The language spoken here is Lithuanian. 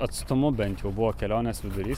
atstumu bent jau buvo kelionės vidurys